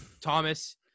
Thomas